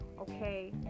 Okay